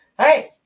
Hey